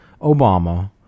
Obama